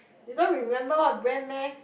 you don't remember what brand meh